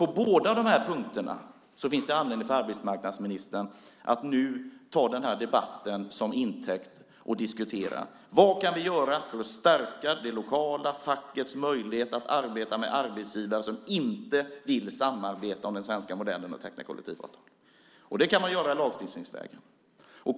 På båda de här punkterna finns det alltså anledning för arbetsmarknadsministern att nu ta denna debatt som intäkt för att diskutera vad vi kan göra för att stärka det lokala fackets möjlighet att arbeta med arbetsgivare som inte vill teckna kollektivavtal och samarbeta om den svenska modellen. Det kan man göra lagstiftningsvägen.